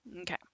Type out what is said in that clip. Okay